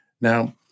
Now